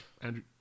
Andrew